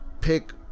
pick